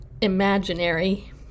imaginary